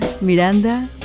Miranda